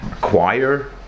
choir